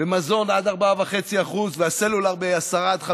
מזון, עד 4.5%, והסלולר ב-10% עד 15%,